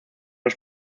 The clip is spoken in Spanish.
los